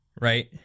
right